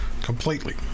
Completely